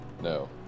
no